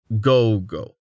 go-go